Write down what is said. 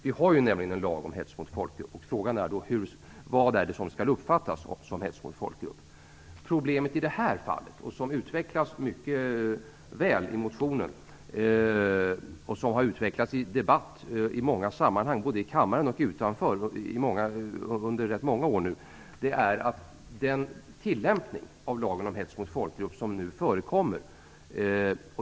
Vi har nämligen en lag om hets mot folkgrupp, och frågan är vad som skall uppfattas som hets mot folkgrupp. Problemet i detta fall har mycket väl utvecklats i motionen. Det har även utvecklats i debatten i olika sammanhang, såväl i som utanför kammaren, och under rätt många år. Problemet är den tillämpning av lagen om hets mot folkgrupp som nu förekommer.